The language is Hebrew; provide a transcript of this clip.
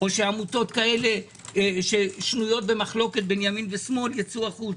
או שעמותות שנויות במחלוקת בין ימין ושמאל ייצאו החוצה.